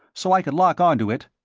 so i could lock onto it.